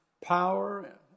power